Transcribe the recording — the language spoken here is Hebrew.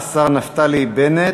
השר נפתלי בנט,